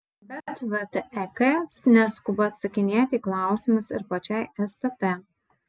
bet vtek neskuba atsakinėti į klausimus ir pačiai stt